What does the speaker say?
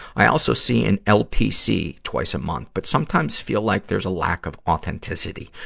i also see an lpc twice a month, but sometimes feel like there's a lack of authenticity,